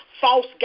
false